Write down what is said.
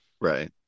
Right